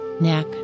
neck